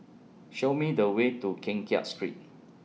Show Me The Way to Keng Kiat Street